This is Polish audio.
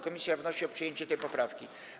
Komisja wnosi o przyjęcie tej poprawki.